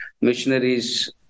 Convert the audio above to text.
missionaries